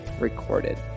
recorded